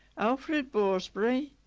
alfred borsberry,